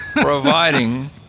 Providing